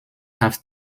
have